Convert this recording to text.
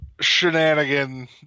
shenanigan